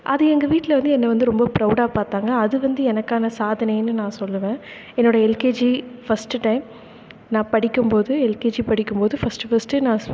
அது எங்கள் வீட்டில் வந்து என்னை வந்து ரொம்ப ப்ரௌடாக பார்த்தாங்க அது வந்து எனக்கான சாதனைன்னு நான் சொல்லுவேன் என்னோடய எல்கேஜி ஃபஸ்ட்டு டைம் நான் படிக்கும் போது எல்கேஜி படிக்கும் போது ஃபஸ்ட்டு ஃபஸ்ட்டு நான்